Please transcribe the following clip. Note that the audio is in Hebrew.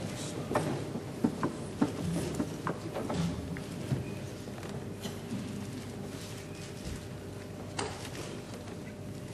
(חברי הכנסת מכבדים בקימה את צאת נשיא המדינה מאולם המליאה.)